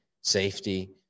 safety